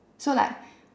so like